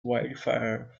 wildfire